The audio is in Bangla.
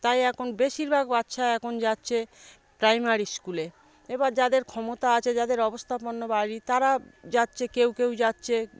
তাই এখন বেশিরভাগ বাচ্চা এখন যাচ্ছে প্রাইমারি স্কুলে এবার যাদের ক্ষমতা আছে যাদের অবস্থাপন্ন বাড়ি তারা যাচ্ছে কেউ কেউ যাচ্ছে